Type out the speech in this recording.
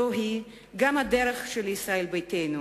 זוהי גם הדרך של ישראל ביתנו,